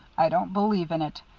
i don't believe in it,